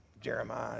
Jeremiah